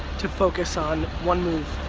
to focus on one move,